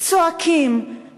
צועקים,